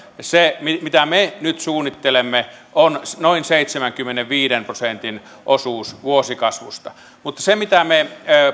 se mitä me nyt suunnittelemme on noin seitsemänkymmenenviiden prosentin osuus vuosikasvusta mutta mitä me